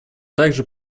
также